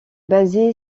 basé